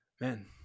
Man